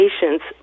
patients